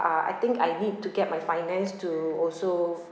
uh I think I need to get my finance to also